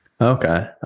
Okay